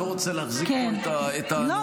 ואני לא רוצה להחזיק כאן את האנשים -- אני אסביר לך למה.